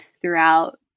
throughout